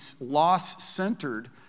loss-centered